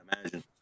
imagine